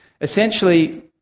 Essentially